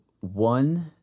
one